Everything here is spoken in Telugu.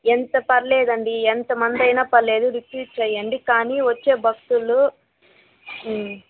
ఎంత పర్లేదండి ఎంత మందైనా పర్లేదు రిపీట్ చేయండి కానీ వచ్చే భక్తులు